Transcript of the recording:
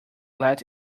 let